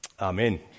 Amen